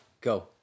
go